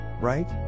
right